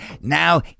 Now